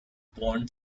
born